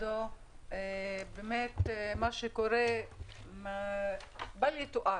מה שקורה הוא בל יתואר.